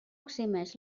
eximeix